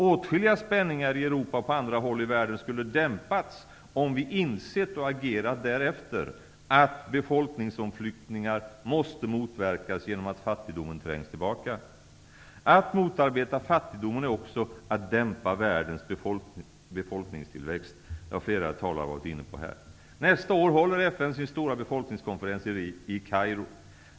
Åtskilliga spänningar i Europa och på andra håll i världen skulle ha dämpats om vi insett och agerat därefter att befolkningsomflyttningar måste motverkas genom att fattigdomen trängs tillbaka. Att motarbeta fattigdomen är också att dämpa världens befolkningstillväxt. Det har flera talare varit inne på. Nästa år håller FN sin stora befolkningskonferens i Kairo.